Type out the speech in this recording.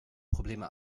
probleme